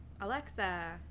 Alexa